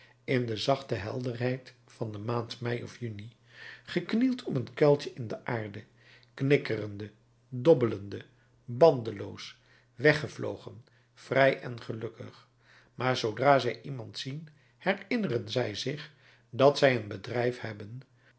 in de zachte helderheid van de maand mei of juni geknield om een kuiltje in de aarde knikkerende dobbelende bandeloos weggevlogen vrij en gelukkig maar zoodra zij iemand zien herinneren zij zich dat zij een bedrijf hebben